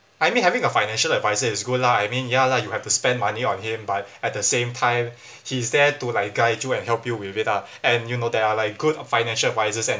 I mean having a financial advisor is good lah I mean ya lah you have to spend money on him but at the same time he's there to like guide you and help you with it ah and you know there are like good financial advisors and